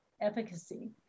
efficacy